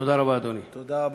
תודה רבה, אדוני.